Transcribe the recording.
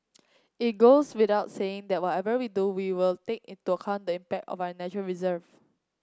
it goes without saying that whatever we do we will take into account the impact on our nature reserve